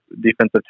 defensive